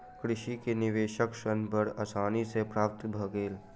कृषक के निवेशक ऋण बड़ आसानी सॅ प्राप्त भ गेल